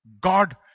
God